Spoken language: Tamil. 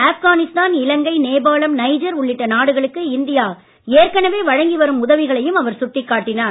ஆப்கானிஸ்தான் இலங்கை நேபாளம் நைஜர் உள்ளிட்ட நாடுகளுக்கு இந்தியா ஏற்கனவே வழங்கி வரும் உதவிகளையும் அவர் சுட்டிக் காட்டினார்